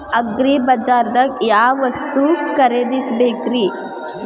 ಅಗ್ರಿಬಜಾರ್ದಾಗ್ ಯಾವ ವಸ್ತು ಖರೇದಿಸಬೇಕ್ರಿ?